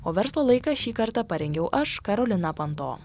o verslo laiką šį kartą parengiau aš karolina panto